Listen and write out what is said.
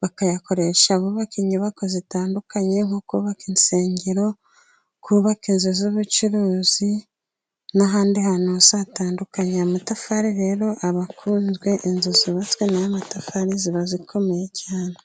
Bakayakoresha bubaka inyubako zitandukanye, nko kubaka insengero, kubaka inzu z'ubucuruzi, n'ahandi hantu hose hatandukanye. Amatafari rero aba akunzwe, inzu zubatswe n'amatafari ziba zikomeye cyane.